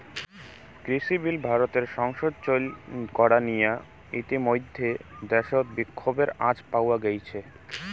কৃষিবিল ভারতর সংসদত চৈল করা নিয়া ইতিমইধ্যে দ্যাশত বিক্ষোভের আঁচ পাওয়া গেইছে